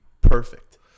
perfect